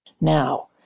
Now